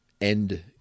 end